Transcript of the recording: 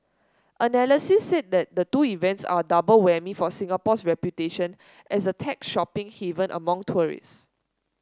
analysts said the two events are double whammy for Singapore's reputation as a tech shopping haven among tourist